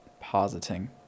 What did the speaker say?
positing